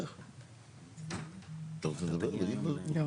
כן בבקשה, כנציג החברה?